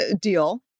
deal